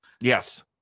Yes